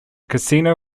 casino